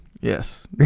Yes